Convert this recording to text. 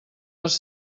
els